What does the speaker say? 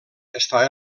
està